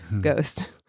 ghost